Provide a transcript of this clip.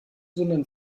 wundern